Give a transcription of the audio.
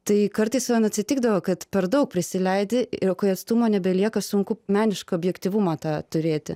tai kartais man atsitikdavo kad per daug prisileidi ir kai atstumo nebelieka sunku menišką objektyvumą tą turėti